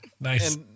Nice